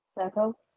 circle